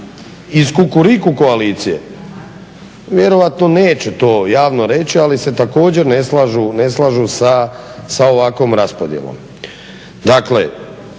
iz Kukuriku koalicije, vjerojatno neće to javno reći, ali se također ne slažu sa ovakvom raspodjelom.